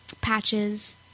patches